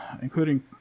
including